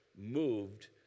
moved